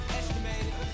estimated